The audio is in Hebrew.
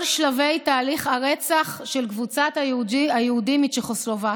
שלבי תהליך הרצח של קבוצת היהודים מצ'כוסלובקיה,